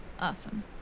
Awesome